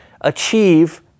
achieve